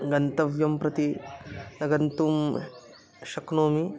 गन्तव्यं प्रति न गन्तुं शक्नोमि